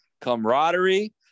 camaraderie